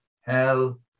hell